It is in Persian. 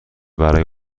برای